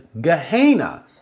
Gehenna